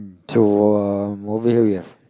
to uh over here what we have